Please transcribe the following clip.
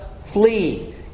flee